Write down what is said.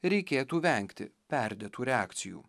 reikėtų vengti perdėtų reakcijų